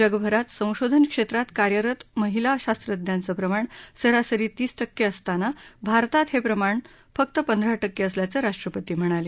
जगभरात संशोधन क्षेत्रात कार्यरत महिला शास्त्रज्ञांचं प्रमाण सरासरी तीस टक्के असताना भारतात हे प्रमाण फक्त पंधरा टक्के असल्याचं राष्ट्रपती म्हणाले